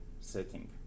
setting